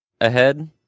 ahead